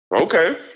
Okay